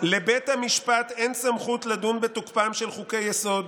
"לבית המשפט אין סמכות לדון בתוקפם של חוקי-יסוד,